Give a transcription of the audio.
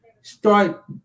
start